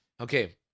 Okay